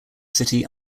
city